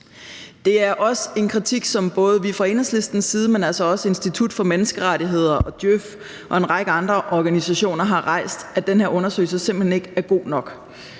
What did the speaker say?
Det er også en kritik, som både vi fra Enhedslistens side, men altså også Institut for Menneskerettigheder, DJØF og en række andre organisationer har rejst, nemlig at den her undersøgelse simpelt hen ikke er god nok.